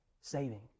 saving